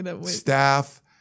staff